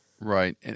Right